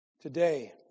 Today